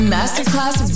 Masterclass